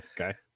Okay